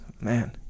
man